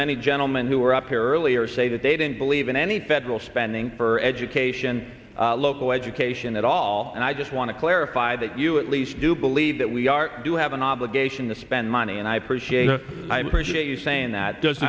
many gentleman who are up here earlier say that they didn't believe in any federal spending for education local education at all and i just want to clarify that you at least do believe that we are do have an obligation to spend money and i appreciate i appreciate you saying that does